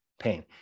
pain